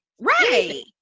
Right